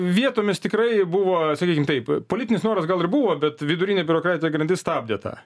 vietomis tikrai buvo sakykim taip politinis noras gal ir buvo bet vidurinė biurokratinė grandis stabdė tą